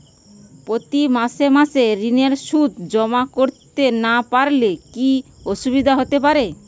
প্রতি মাসে মাসে ঋণের সুদ জমা করতে না পারলে কি অসুবিধা হতে পারে?